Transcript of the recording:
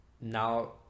Now